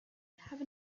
have